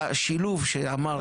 והשילוב שאמרת.